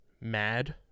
mad